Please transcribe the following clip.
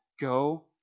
Go